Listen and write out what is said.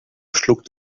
schluckt